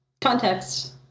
context